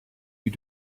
you